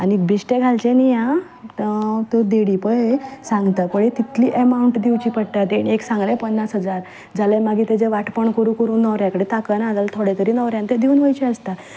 आनी बेश्टें घालचे न्ही हा धेडी पळय सांगता पळय तितली अमावंट दिवची पडटा धेडयेन सांगलें पन्नास हजार जाल्यार ताजें मागीर वांटपण करून करून न्हवऱ्या कडेन ताकना जाल्यार थोडे तरी न्हवऱ्यान ते दिवन वयचे आसता